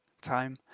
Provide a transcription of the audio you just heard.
time